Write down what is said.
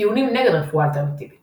טיעונים נגד רפואה אלטרנטיבית